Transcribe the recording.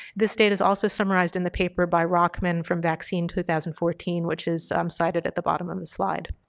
this data is also summarized in the paper by rockman from vaccine two thousand and fourteen, which is um cited at the bottom on the slide.